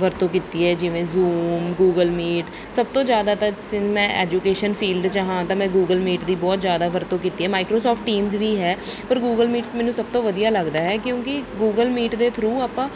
ਵਰਤੋਂ ਕੀਤੀ ਹੈ ਜਿਵੇਂ ਜ਼ੂਮ ਗੂਗਲ ਮੀਟ ਸਭ ਤੋਂ ਜ਼ਿਆਦਾ ਤਾਂ ਜਿਸ ਤਰ੍ਹਾਂ ਮੈਂ ਐਜੂਕੇਸ਼ਨ ਫੀਲਡ 'ਚ ਹਾਂ ਤਾਂ ਮੈਂ ਗੂਗਲ ਮੀਟ ਦੀ ਬਹੁਤ ਜ਼ਿਆਦਾ ਵਰਤੋਂ ਕੀਤੀ ਹੈ ਮਾਈਕਰੋਸੋਫਟ ਟੀਮਜ ਵੀ ਹੈ ਪਰ ਗੂਗਲ ਮੀਟਸ ਮੈਨੂੰ ਸਭ ਤੋਂ ਵਧੀਆ ਲੱਗਦਾ ਹੈ ਕਿਉਂਕਿ ਗੂਗਲ ਮੀਟ ਦੇ ਥਰੂ ਆਪਾਂ